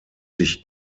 sich